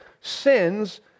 sins